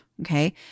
Okay